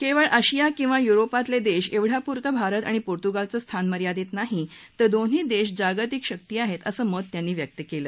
केवळ आशिया किंवा युरोपातले देश एवढ्यापुरतं भारत आणि पोर्तुगालचं स्थान मर्यादित नाही तर दोन्ही देश जागतिक शक्ती आहेत असं मत त्यांनी व्यक्त केलं